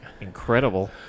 incredible